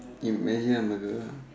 you measure on a girl lah